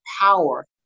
power